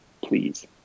please